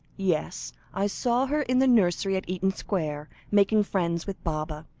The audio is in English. yes i saw her in the nursery at eaton square, making friends with baba,